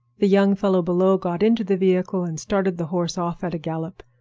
the young fellow below got into the vehicle and started the horse off at a gallop.